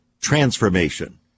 transformation